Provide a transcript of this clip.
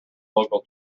local